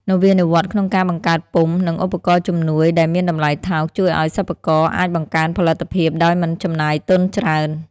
នវានុវត្តន៍ក្នុងការបង្កើតពុម្ព និងឧបករណ៍ជំនួយដែលមានតម្លៃថោក ជួយឱ្យសិប្បករអាចបង្កើនផលិតភាពដោយមិនចំណាយទុនច្រើន។